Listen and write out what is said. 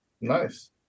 Nice